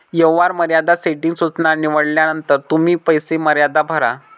व्यवहार मर्यादा सेटिंग सूचना निवडल्यानंतर तुम्ही पैसे मर्यादा भरा